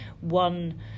one